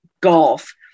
golf